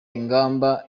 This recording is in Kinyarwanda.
ingamba